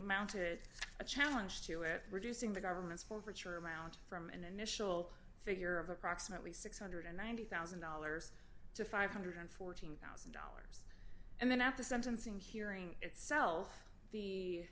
mounted a challenge to it reducing the government's overture amount from an initial figure of approximately six one hundred and ninety thousand dollars to five hundred and fourteen thousand dollars and then at the sentencing hearing itself the